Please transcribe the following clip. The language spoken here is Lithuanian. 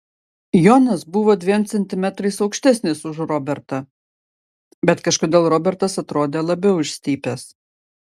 jonas buvo dviem centimetrais aukštesnis už robertą bet kažkodėl robertas atrodė labiau išstypęs